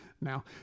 now